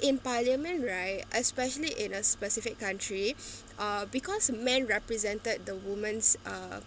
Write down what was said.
in parliament right especially in a specific country uh because men represented the woman's uh